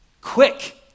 Quick